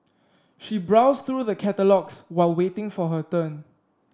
she browsed through the catalogues while waiting for her turn